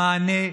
המענה,